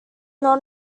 not